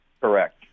Correct